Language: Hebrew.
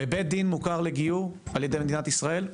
בבית דין מוכר לגיור על ידי מדינת ישראל?